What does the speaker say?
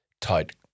tight